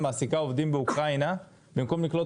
מעסיקה עובדים באוקראינה במקום לקלוט